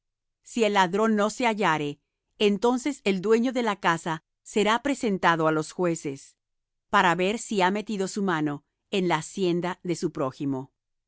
si el ladrón no se hallare entonces el dueño de la casa será presentado á los jueces para ver si ha metido su mano en la hacienda de su prójimo